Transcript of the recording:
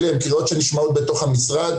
זכאים להמשיך את הלימודים שלהם.